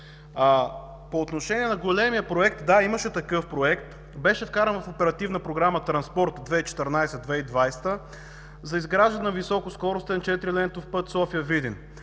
По отношение на големия проект – да, имаше такъв проект, беше вкаран в Оперативна програма „Транспорт”, 2014 – 2020 г., за изграждане на високоскоростен четирилентов път София – Видин.